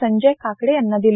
संजय काकडे यांना दिले